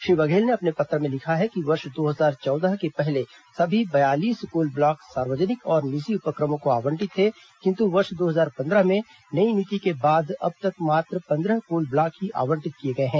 श्री बघेल ने अपने पत्र में लिखा है कि वर्ष दो हजार चौदह के पहले सभी बयालीस कोल ब्लॉक सार्वजनिक और निजी उपक्रमों को आवंटित थे किन्तु वर्ष दो हजार पन्द्रह में नई नीति के बाद अब तक मात्र पन्द्रह कोल ब्लॉक ही आवंटित किए गए हैं